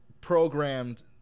programmed